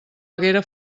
haguera